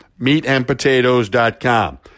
meatandpotatoes.com